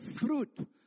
fruit